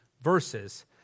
verses